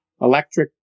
electric